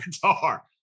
guitar